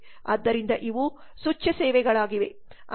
ಆದ್ದರಿಂದ ಇವು ಸೂಚ್ಯ ಸೇವೆಗಳಾಗಿವೆ